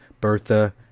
Bertha